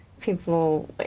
People